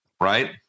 Right